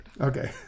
Okay